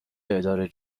اداره